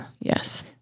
Yes